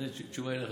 זו תשובה לך,